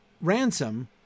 Ransom